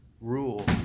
rule